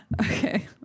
Okay